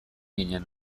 ginen